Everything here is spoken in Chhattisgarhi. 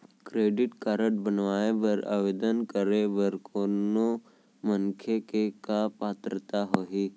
क्रेडिट कारड बनवाए बर आवेदन करे बर कोनो मनखे के का पात्रता होही?